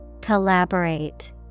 Collaborate